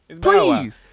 Please